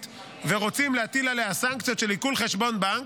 ורוצים להטיל עליה סנקציות של עיקול חשבון בנק,